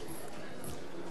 חברת הכנסת אורלי,